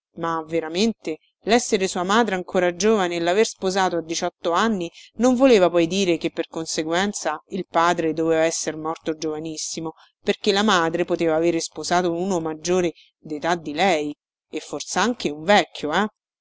ma veramente lessere sua madre ancora giovane e laver sposato a diciotto anni non voleva poi dire che per conseguenza il padre doveva esser morto giovanissimo perché la madre poteva avere sposato uno maggiore detà di lei e forsanche un vecchio eh